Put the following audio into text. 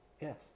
yes